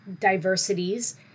diversities